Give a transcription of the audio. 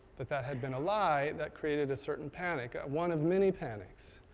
that that had been a lie, that created a certain panic, one of many panics.